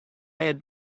had